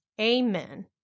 amen